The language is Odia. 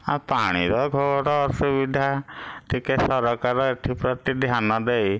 ଆଉ ପାଣିର ଘୋର ଅସୁବିଧା ଟିକିଏ ସରକାର ଏଥି ପ୍ରତି ଧ୍ୟାନଦେଇ